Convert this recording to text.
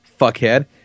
fuckhead